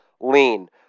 lean